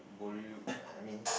borrow you I mean